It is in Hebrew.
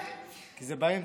כי זה באמצע.